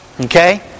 Okay